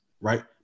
Right